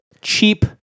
cheap